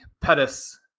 Pettis